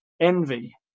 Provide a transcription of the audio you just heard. envy